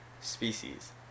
species